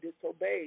disobeyed